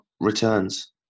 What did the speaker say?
returns